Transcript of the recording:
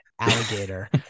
alligator